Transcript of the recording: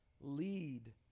lead